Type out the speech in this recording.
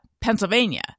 Pennsylvania